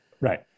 Right